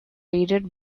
raided